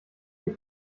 vier